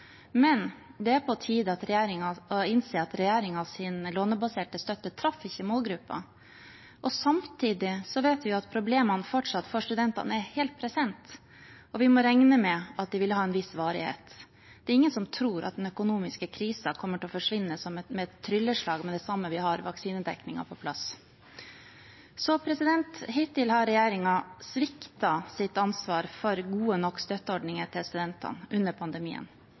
men det er på tide å innse at regjeringens lånebaserte støtte ikke traff målgruppen. Samtidig vet vi at problemene for studentene fortsatt er helt present, og vi må regne med at de vil ha en viss varighet. Det er ingen som tror at den økonomiske krisen kommer til å forsvinne som ved et trylleslag med det samme vi har vaksinedekningen på plass. Hittil har regjeringen sviktet sitt ansvar for gode nok støtteordninger til studentene under pandemien.